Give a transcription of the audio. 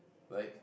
right